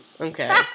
Okay